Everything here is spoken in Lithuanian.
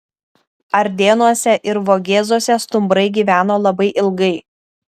ardėnuose ir vogėzuose stumbrai gyveno labai ilgai